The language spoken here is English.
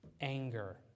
anger